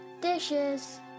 Dishes